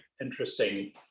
interesting